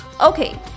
Okay